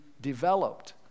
developed